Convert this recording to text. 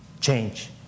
change